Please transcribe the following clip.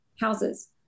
houses